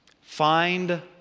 find